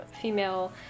female